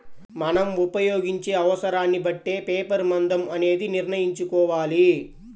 మనం ఉపయోగించే అవసరాన్ని బట్టే పేపర్ మందం అనేది నిర్ణయించుకోవాలి